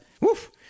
woof